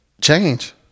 change